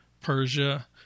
Persia